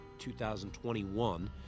2021